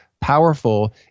powerful